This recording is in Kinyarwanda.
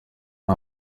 nta